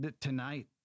tonight